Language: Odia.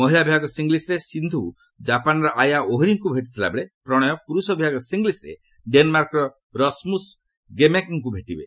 ମହିଳା ବିଭାଗ ସିଙ୍ଗିଲ୍ସରେ ସିନ୍ଧୁ ଜାପାନର ଆୟା ଓହରିଙ୍କୁ ଭେଟୁଥିବା ବେଳେ ପ୍ରଣୟ ପୁରୁଷ ବିଭାଗ ସିଙ୍ଗିଲ୍ସରେ ଡେନ୍ମାର୍କର ରସ୍ମୁସ୍ ଗେମ୍କେଙ୍କୁ ଭେଟିବେ